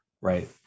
right